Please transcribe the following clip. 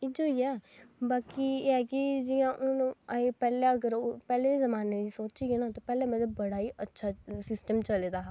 बाकी एह ऐ कि जि'यां हून पैह्लें अगर पैह्लें दे जमान्ने दी सोचियै ना पैह्लें मतलब बड़ा ई अच्छी सिस्टम चले दा हा